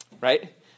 Right